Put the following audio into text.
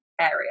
area